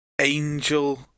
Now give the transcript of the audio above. Angel